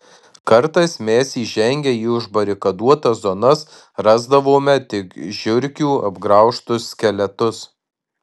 kartais mes įžengę į užbarikaduotas zonas rasdavome tik žiurkių apgraužtus skeletus